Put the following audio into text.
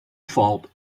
fault